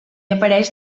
apareix